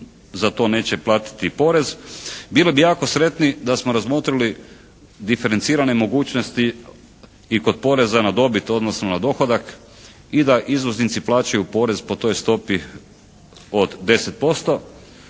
za to neće platiti porez. Bili bi jako sretni da smo razmotrili diferencirane mogućnosti i kod poreza na dobit, odnosno na dohodak i da izvoznici plaćaju porez po toj stopi od 10%.